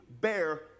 bear